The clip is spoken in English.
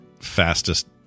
fastest